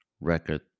record